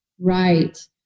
Right